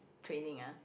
training ah